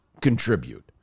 contribute